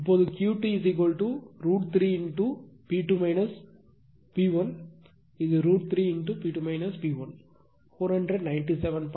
இப்போது QT √ 3 P2 P1 இது √ 3 P2 P1 497